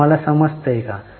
तर तुम्हाला समजतय का